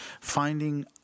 finding